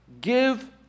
Give